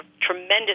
tremendous